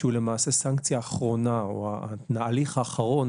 שהוא למעשה סנקציה אחרונה או ההליך האחרון